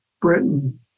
Britain